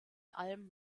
alben